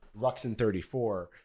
Ruxin34